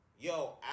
Yo